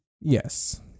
Yes